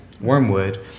Wormwood